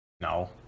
No